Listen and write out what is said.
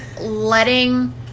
letting